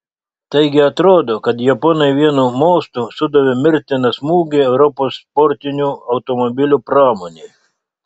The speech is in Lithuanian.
taigi atrodo kad japonai vienu mostu sudavė mirtiną smūgį europos sportinių automobilių pramonei